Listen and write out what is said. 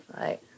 Right